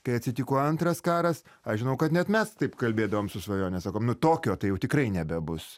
kai atsitiko antras karas aš žinau kad net mes taip kalbėdavom su svajone sakom nu tokio tai jau tikrai nebebus